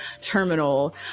terminal